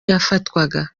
yafatwaga